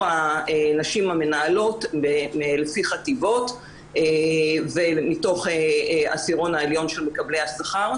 הנשים המנהלות לפי חטיבות מתוך עשירון העליון של מקבלי השכר,